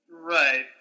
Right